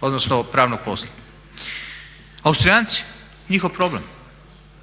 odnosno pravnog posla. Austrijanci, njihov problem,